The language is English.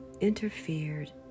interfered